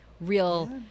real